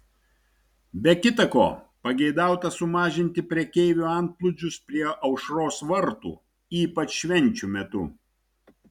be kita ko pageidauta sumažinti prekeivių antplūdžius prie aušros vartų ypač švenčių metu